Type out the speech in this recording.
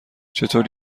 چطور